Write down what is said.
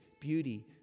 beauty